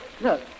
Look